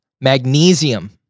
magnesium